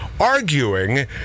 arguing